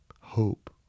hope